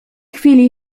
chwili